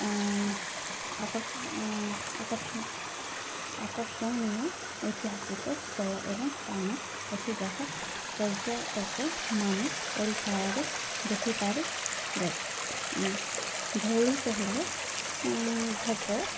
ଆକ ଆକର୍ଷଣୀୟ ଐତିହାସିକ ସ୍ଥଳ ଏବଂ ସ୍ଥାନ ଅଛି ଯାହା ପର୍ଯ୍ୟଟକ ମାନ ଓଡ଼ିଶାରେ ଦେଖିପାରିବେ ଧଉଳି କହିଲେ ଧପ